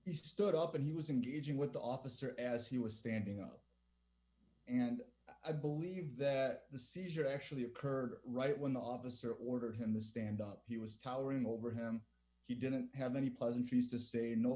he stood up and he was engaging with the officer as he was standing up and i believe that the seizure actually occurred right when the officer ordered him to stand up he was tolerant over him he didn't have any pleasantries to say no